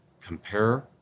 compare